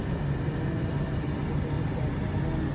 ᱚᱱᱟ ᱠᱚᱫᱚ ᱵᱟᱲᱜᱮ ᱠᱚᱵᱚ ᱪᱟᱥᱮᱫᱼᱟᱵᱚᱱ